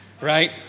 right